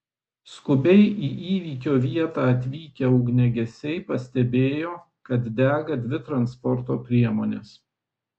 skubiai į įvykio vietą atvykę ugniagesiai pastebėjo kad dega dvi transporto priemonės